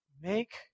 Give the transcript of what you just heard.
Make